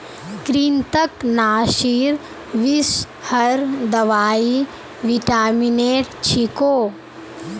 कृन्तकनाशीर विषहर दवाई विटामिनेर छिको